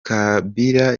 kabila